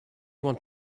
want